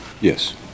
Yes